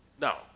Now